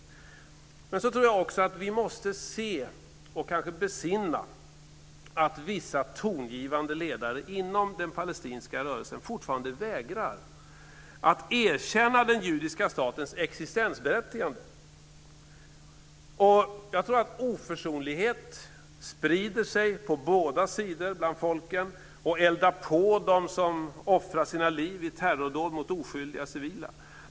Sedan tror jag att vi måste se och besinna att vissa tongivande ledare inom den palestinska rörelsen fortfarande vägrar att erkänna den judiska statens existensberättigande. Och oförsonlighet sprider sig på båda sidor bland folken och eldar på dem som offrar sina liv i terrordåd mot oskyldiga civila.